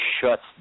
shuts